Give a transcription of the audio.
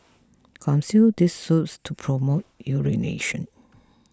consume this soups to promote urination